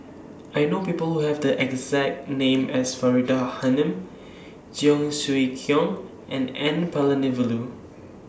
I know People Who Have The exact name as Faridah Hanum Cheong Siew Keong and N Palanivelu